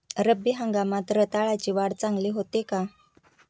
रब्बी हंगामात रताळ्याची वाढ चांगली होते का?